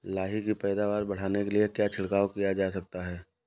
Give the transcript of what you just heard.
लाही की पैदावार बढ़ाने के लिए क्या छिड़काव किया जा सकता है?